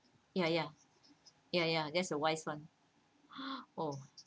ya ya ya ya that's the voice [one] oh